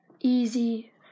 easy